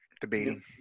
debating